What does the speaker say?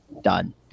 done